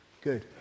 Good